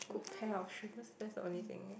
good pair of shoes that's the only thing